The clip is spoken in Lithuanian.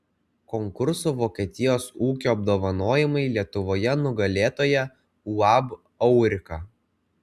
konkurso vokietijos ūkio apdovanojimai lietuvoje nugalėtoja uab aurika